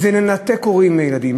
זה לנתק הורים מילדים.